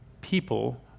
people